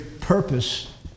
purpose